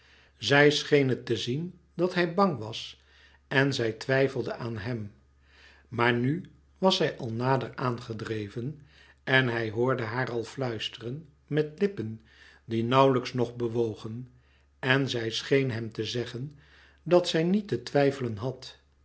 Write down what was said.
zij scheen het te zien dat hij bang was en zij twijfelde aan hem maar nu was zij al nader aangedreven en hij hoorde haar al fluisteren met lippen die nauwlijks nog bewogen en zij scheen hem te zeggen dat zij niet te twijfelen had